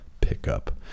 pickup